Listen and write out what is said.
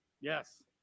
Yes